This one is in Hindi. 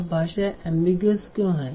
अब भाषा अम्बिगिऔस क्यों है